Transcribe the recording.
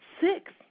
six